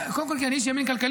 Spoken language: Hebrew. קודם כול כי אני איש ימין כלכלי,